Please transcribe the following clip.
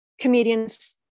comedians